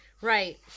right